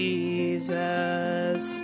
Jesus